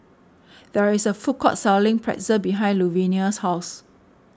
there is a food court selling Pretzel behind Luvinia's house